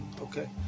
okay